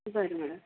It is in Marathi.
बरं मॅडम